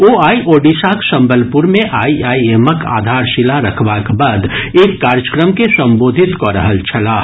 ओ आइ ओडिशाक संबलपुर मे आईआईएमक आधारशीला रखबाक बाद एक कार्यक्रम के संबोधित कऽ रहल छलाह